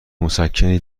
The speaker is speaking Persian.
مسکنی